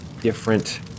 different